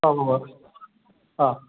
അ ഉവ്വ് ഉവ്വ് അ